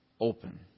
Open